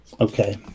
okay